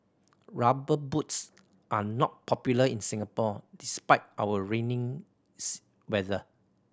Rubber Boots are not popular in Singapore despite our raining weather